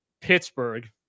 Pittsburgh